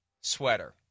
sweater